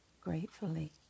gratefully